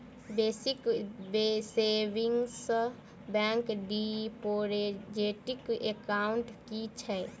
Basic savings bank deposit account की छैक?